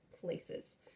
places